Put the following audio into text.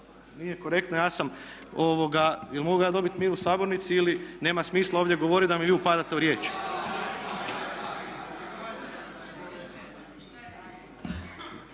Nije korektno. Ja sam, jel' mogu ja dobit mir u sabornici ili nema smisla ovdje govoriti da mi vi upadate u riječ.